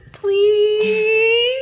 Please